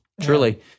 Truly